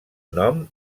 nom